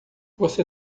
você